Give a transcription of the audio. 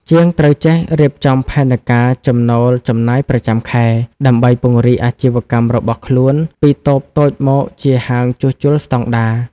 ជាងត្រូវចេះរៀបចំផែនការចំណូលចំណាយប្រចាំខែ ដើម្បីពង្រីកអាជីវកម្មរបស់ខ្លួនពីតូបតូចមកជាហាងជួសជុលស្តង់ដារ។